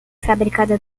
fabricada